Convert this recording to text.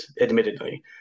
admittedly